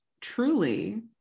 truly